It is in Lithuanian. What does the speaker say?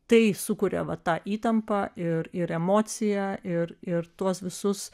tai sukuria va tą įtampą ir ir emociją ir ir tuos visus